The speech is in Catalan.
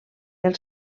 del